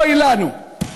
אוי לנו.